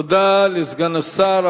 תודה לסגן השר.